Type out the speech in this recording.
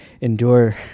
endure